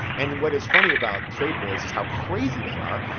and what is funny about trade wars is how crazy they are.